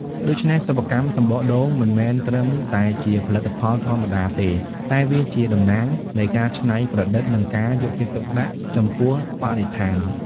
ដូច្នេះ សិប្បកម្មសំបកដូងមិនមែនត្រឹមតែជាផលិតផលធម្មតាទេ តែវាជាតំណាងនៃការច្នៃប្រឌិតនិងការយកចិត្តទុកដាក់ចំពោះបរិស្ថាន។